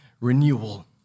renewal